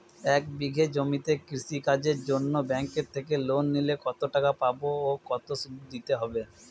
এক বিঘে জমিতে কৃষি কাজের জন্য ব্যাঙ্কের থেকে লোন নিলে কত টাকা পাবো ও কত শুধু দিতে হবে?